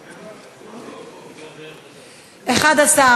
הנושא לוועדת הפנים והגנת הסביבה נתקבלה.